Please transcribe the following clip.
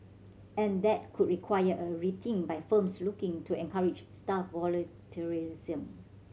and that could require a rethink by firms looking to encourage staff volunteerism